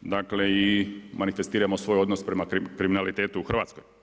dakle i manifestiramo svoj odnos prema kriminalitetu u Hrvatskoj.